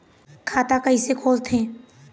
खाता कइसे खोलथें?